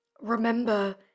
remember